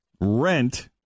rent